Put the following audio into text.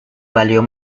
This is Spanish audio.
valió